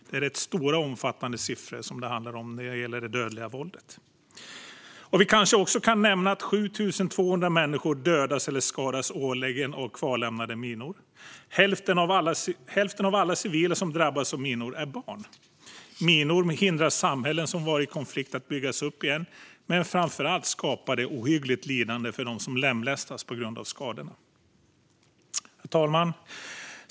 Det är stora och omfattande siffror det handlar om när det gäller det dödliga våldet. Vi kanske också kan nämna att 7 200 människor dödas eller skadas årligen av kvarlämnade minor. Hälften av alla civila som drabbas av minor är barn. Minor hindrar samhällen som varit i konflikt att byggas upp igen, men framför allt skapar de ohyggligt lidande för dem som lemlästas på grund av skadorna. Herr talman!